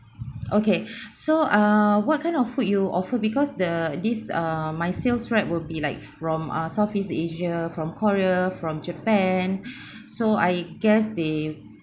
okay so err what kind of food you offer because the this err my sales rep will be like from uh southeast asia from korea from japan so I guess they